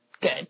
good